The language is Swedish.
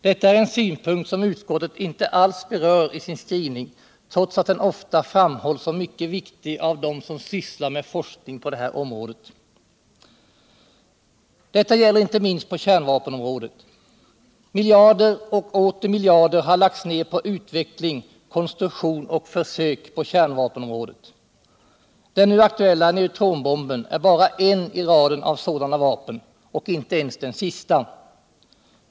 Det här är on svnpunkt som utskottet inte alls berör i sin skrivning, trots att den ofta framhålls som mycket viktig av dem som sysslar med forskning på området. Detta gäller inte minst på kärnvapenområdet. Miljarder och åter miljarder har lagts ner på utveckling, konstruktion och försök på detta område. Den nu aktuella neutronbomben är bara en I raden av sådana vapen, och inte ens den sista.